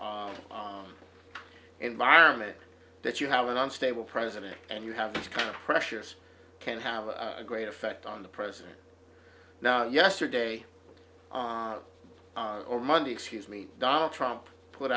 of environment that you have an unstable president and you have the kind of pressures can have a great effect on the president now yesterday or monday excuse me donald trump put